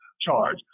charge